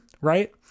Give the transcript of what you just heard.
right